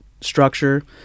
structure